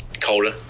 colder